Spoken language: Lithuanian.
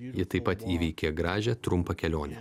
ji taip pat įveikė gražią trumpą kelionę